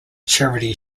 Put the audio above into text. charity